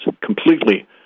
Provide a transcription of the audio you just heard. completely